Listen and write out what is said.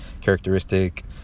characteristic